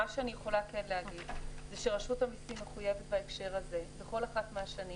מה שאני כן יכולה להגיד זה שרשות המסים מחויבת בהקשר הזה בכל אחת מהשנים